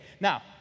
Now